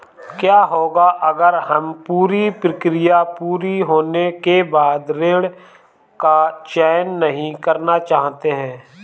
क्या होगा अगर हम पूरी प्रक्रिया पूरी होने के बाद ऋण का चयन नहीं करना चाहते हैं?